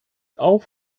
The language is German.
auf